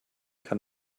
kann